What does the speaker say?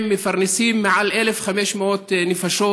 הם מפרנסים מעל 1,500 נפשות.